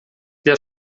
der